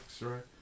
right